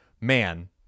man